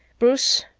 bruce,